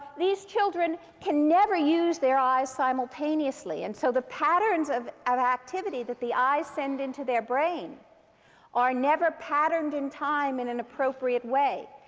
these children can never use their eyes simultaneously. and so the patterns of of activity that the eyes send into their brain are never patterned in time in an appropriate way.